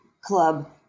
club